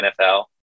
NFL